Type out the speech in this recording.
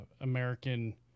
American